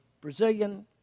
Brazilian